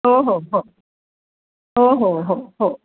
हो हो हो हो हो हो हो